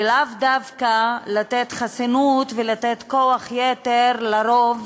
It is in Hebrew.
ולאו דווקא לתת חסינות ולתת כוח יתר לרוב